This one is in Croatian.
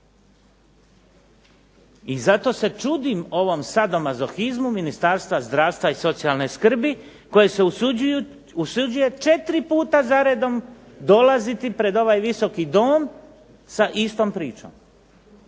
I zato se čudim ovom sadomazohizmu Ministarstva zdravstva i socijalne skrbi koje se usuđuje četiri puta zaredom dolaziti pred ovaj Visoki dom sa istom pričom